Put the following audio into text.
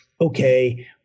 Okay